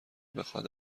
بخواهد